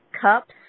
cups